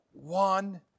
One